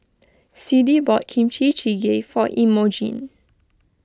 Siddie bought Kimchi Jjigae for Emogene